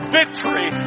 victory